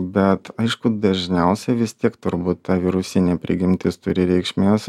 bet aišku dažniausiai vis tiek turbūt ta virusinė prigimtis turi reikšmės